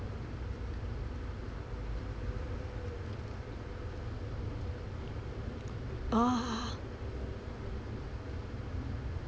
oh